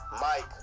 Mike